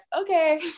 okay